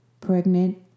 pregnant